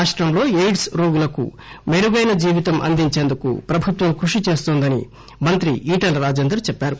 రాష్టంలో ఎయిడ్స్ రోగులకు మెరుగైన జీవితం అందించేందుకు ప్రభుత్వం కృషిచేస్తోందని మంత్రి ఈటల రాజేందర్ చెప్పారు